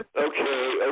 Okay